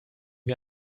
wie